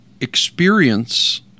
experience